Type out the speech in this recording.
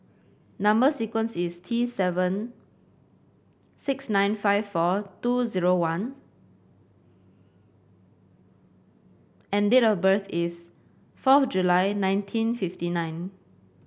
number sequence is T seven six nine five four two zero one and date of birth is fourth July nineteen fifty nine